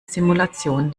simulation